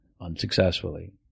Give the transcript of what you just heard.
unsuccessfully